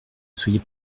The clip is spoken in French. soyez